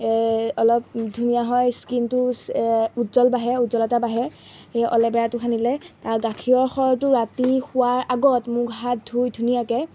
অলপ ধুনীয়া হয় স্কিনটো উজ্জ্বল বাঢ়ে উজ্জ্বলতা বাঢ়ে সেই অলেবেৰাটো সানিলে গাখীৰৰ সৰটো ৰাতি হোৱাৰ আগত মুখ হাত ধুই ধুনীয়াকৈ